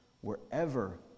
wherever